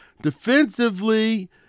defensively